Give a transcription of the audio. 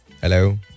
Hello